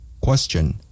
Question